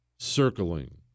Circling